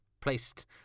placed